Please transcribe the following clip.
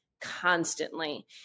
constantly